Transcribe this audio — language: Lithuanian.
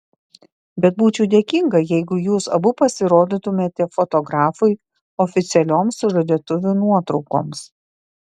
bet būčiau dėkinga jeigu jūs abu pasirodytumėte fotografui oficialioms sužadėtuvių nuotraukoms